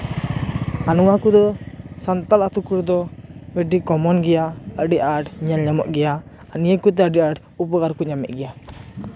ᱟᱨ ᱱᱚᱣᱟ ᱠᱚᱫᱚ ᱥᱟᱱᱛᱟᱲ ᱟᱛᱳ ᱠᱚᱨᱮ ᱫᱚ ᱟᱹᱰᱤ ᱠᱚᱢᱚᱱ ᱜᱮᱭᱟ ᱟᱹᱰᱤ ᱟᱸᱴ ᱧᱮᱞᱧᱟᱢᱚᱜ ᱜᱮᱭᱟ ᱟᱨ ᱱᱤᱭᱟᱹ ᱠᱩᱡ ᱫᱚ ᱟᱹᱰᱤ ᱟᱸᱴ ᱩᱯᱚᱠᱟᱨ ᱠᱚ ᱧᱟᱢᱮᱫ ᱜᱮᱭᱟ